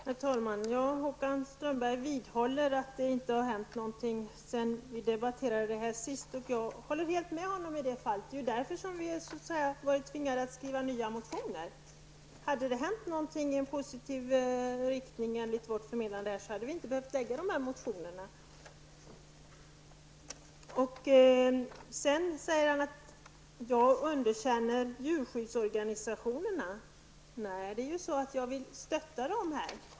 Herr talman! Håkan Strömberg vidhåller att det inte har hänt någonting sedan vi debatterade frågan senast. Jag håller helt med honom, men att det inte har hänt någonting är anledningen till att vi har varit tvungna att skriva nya motioner. Hade det hänt någonting som enligt vår åsikt är positivt, hade vi inte behövt väcka de här motionerna. Håkan Strömberg sade att jag underkänner djurskyddsorganisationerna, men det är ju tvärtom så att jag vill stödja dem.